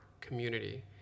community